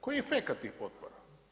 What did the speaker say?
Koji je efekat tih potpora?